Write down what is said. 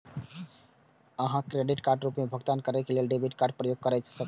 अहां क्रेडिटक रूप मे भुगतान करै लेल डेबिट कार्डक उपयोग कैर सकै छी